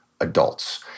adults